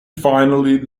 finally